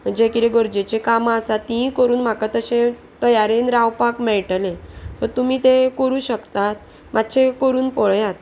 जें किदें गरजेचीं कामां आसा तीं करून म्हाका तशें तयारेन रावपाक मेळटलें सो तुमी तें करूं शकतात मातशें करून पळयात